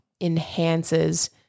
enhances